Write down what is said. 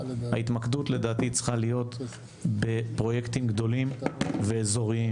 לדעתי ההתמקדות צריכה להיות בפרויקטים גדולים ואזוריים.